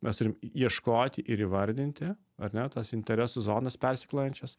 mes turim ieškoti ir įvardinti ar ne tas interesų zonas persiklojančias